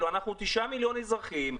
אנחנו 9 מיליון אזרחים.